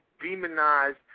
demonized